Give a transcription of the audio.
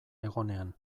egonean